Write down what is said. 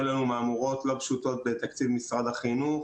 לנו מהמורות לא פשוטות בתקציב משרד החינוך.